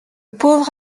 pauvre